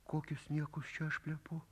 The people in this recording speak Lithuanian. kokius niekus čia aš plepu